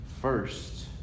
first